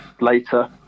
later